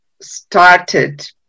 started